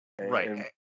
right